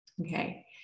Okay